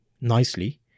nicely